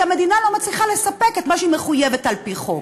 כי המדינה לא מצליחה לספק את מה שהיא מחויבת על-פי חוק.